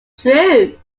true